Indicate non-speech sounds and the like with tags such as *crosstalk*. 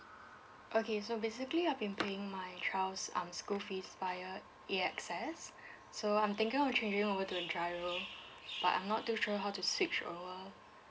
okay so basically I've been paying my child's um school fees via A_X_S *breath* so I'm thinking of changing over to giro but I'm not too sure how to switch over